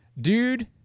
dude